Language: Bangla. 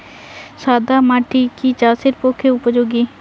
সাদা মাটি কি চাষের পক্ষে উপযোগী?